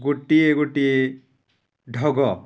ଗୋଟିଏ ଗୋଟିଏ ଢଗ